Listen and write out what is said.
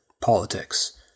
politics